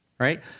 right